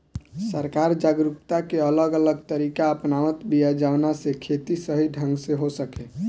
सरकार जागरूकता के अलग अलग तरीका अपनावत बिया जवना से खेती सही ढंग से हो सके